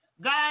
God